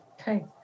Okay